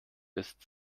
ist